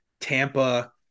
Tampa